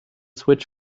switch